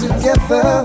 Together